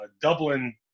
Dublin